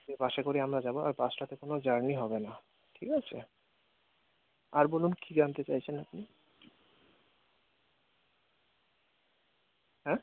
সে বাসে করেই আমরা যাবো আর সে বাসটাতে কোনো জার্নি হবে না ঠিক আছে আর বলুন কী জানতে চাইছেন আপনি হ্যাঁ